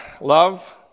love